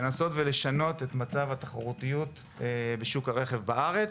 לנסות ולשנות את מצב התחרותיות בשוק הרכב בארץ,